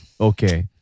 Okay